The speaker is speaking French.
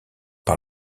par